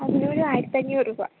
അതിന് ഒരു ആയിരത്തഞ്ഞൂറ് രൂപ